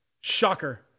Shocker